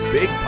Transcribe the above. Big